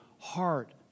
heart